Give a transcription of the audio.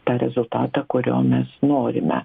tą rezultatą kurio mes norime